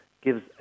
gives